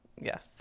Yes